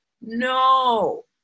no